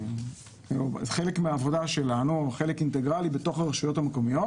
חלק אינטגרלי מעבודת הרלב"ד בתוך הרשויות המקומיות